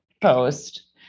post